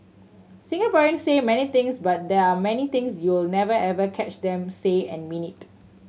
Singaporeans say many things but there are many things you'll never ever catch them say and mean it